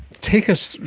take us,